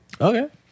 Okay